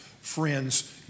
friends